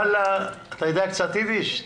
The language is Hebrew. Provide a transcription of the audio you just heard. וואלה, אתה יודע קצת אידיש?